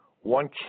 One